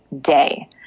day